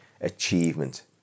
achievement